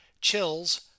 chills